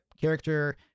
character